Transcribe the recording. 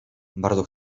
bardzo